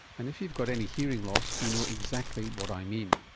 and if you've got any hearing loss, you know exactly what i mean.